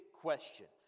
questions